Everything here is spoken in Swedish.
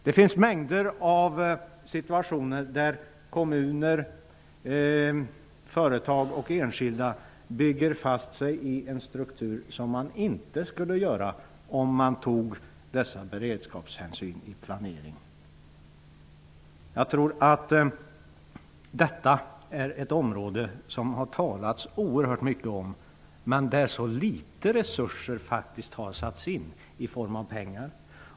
Det finns mängder av situationer där kommuner, företag och enskilda bygger fast sig i en struktur som de inte skulle göra om de tog dessa beredskapshänsyn vid planeringen. Jag tror att detta är ett område som det har talats oerhört mycket om men där så litet resurser i form av pengar har satts in.